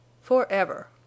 Forever